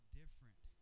different